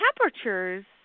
temperatures